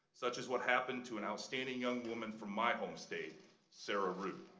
such as what happened to an outstanding young woman from my home state sarah ruth.